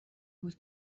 بود